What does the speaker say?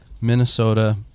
Minnesota